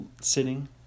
sitting